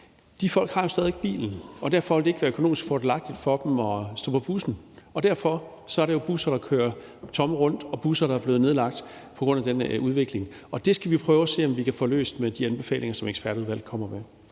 de folk har jo stadig væk bilen, og derfor vil det ikke være økonomisk fordelagtigt for dem at stå på bussen. På grund af den udvikling er der jo busser, der kører tomme rundt, og buslinjer, der er blevet nedlagt, og det skal vi prøve at se om vi kan få løst med de anbefalinger, som ekspertudvalget kommer med.